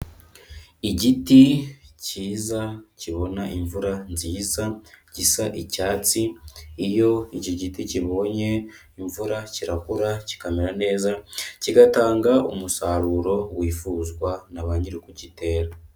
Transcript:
Igiti kiza kibona imvura nziza gisa icyatsi. Iyo iki giti kibonye imvura, kirakura kikamera neza, kigatanga umusaruro wifuzwa naba nyiri ukugitera.